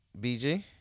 BG